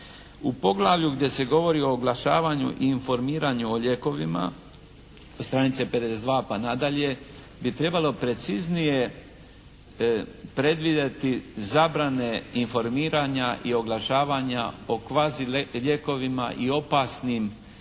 U poglavlju gdje se govori o oglašavanju i informiranju o lijekovima, stranica 52. pa nadalje, bi trebalo preciznije predvidjeti zabrane informiranja i oglašavanja o kvazi lijekovima i opasnim tvarima